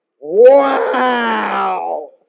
wow